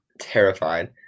terrified